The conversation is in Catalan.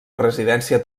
residència